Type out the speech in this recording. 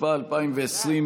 התשפ"א 2020,